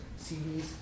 CDs